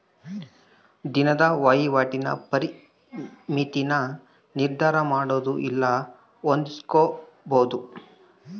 ದಿನದ ವಹಿವಾಟಿನ ಪರಿಮಿತಿನ ನಿರ್ಧರಮಾಡೊದು ಇಲ್ಲ ಹೊಂದಿಸ್ಕೊಂಬದು